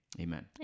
amen